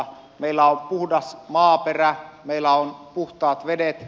meillä on puhdas maaperä meillä on puhtaat vedet